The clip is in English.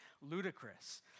ludicrous